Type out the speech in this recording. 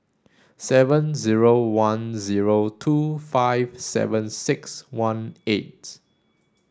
seven zero one zero two five seven six one eight